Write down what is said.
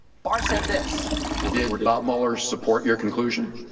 barr said this did bob mueller support your conclusion?